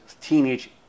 teenage